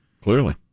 Clearly